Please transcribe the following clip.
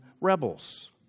rebels